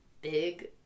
big